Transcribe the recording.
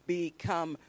become